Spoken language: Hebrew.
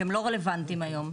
שהם לא רלוונטיים להיום,